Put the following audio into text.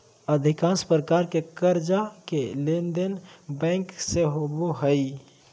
अधिकांश प्रकार के कर्जा के लेनदेन बैंक से होबो हइ